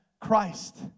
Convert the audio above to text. Christ